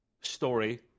story